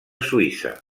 suïssa